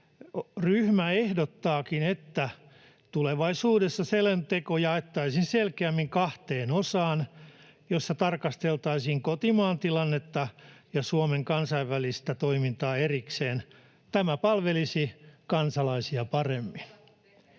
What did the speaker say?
ryhmä ehdottaakin, että tulevaisuudessa selonteko jaettaisiin selkeämmin kahteen osaan, joissa tarkasteltaisiin kotimaan tilannetta ja Suomen kansainvälistä toimintaa erikseen. Tämä palvelisi kansalaisia paremmin.